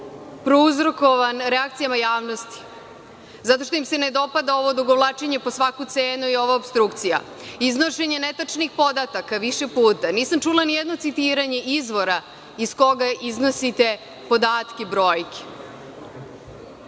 prouzrokovan reakcijama javnosti, zato što im se ne dopada ovo odugovlačenje po svaku cenu i ova opstrukcija. Iznošenje netačnih podataka više puta. Nisam čula ni jedno citiranje izvora iz koga iznosite podatke i brojke.